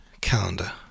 Calendar